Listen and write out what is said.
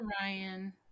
ryan